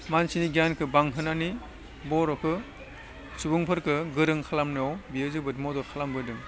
मानसिनि गियानखौ बांहोनानै बर'खौ सुबुंफोरखौ गोरों खालामनायाव बियो जोबोद मदद खालामबोदों